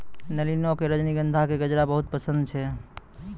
नलिनी कॅ रजनीगंधा के गजरा बहुत पसंद छै